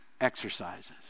exercises